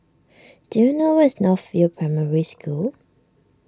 do you know where is North View Primary School